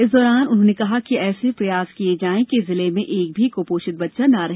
इस दौरान उन्होंने कहा कि ऐसे प्रयास किए जाएं कि जिले में एक भी कृपोषित बच्चा न रहे